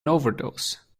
overdose